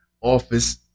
office